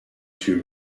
two